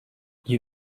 you